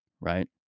right